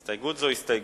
הסתייגות זו הסתייגות.